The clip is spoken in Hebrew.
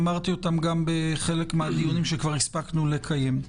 אמרתי אותם בחלק מהדיונים שהספקנו כבר לקיים.